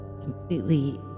completely